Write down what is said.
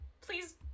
Please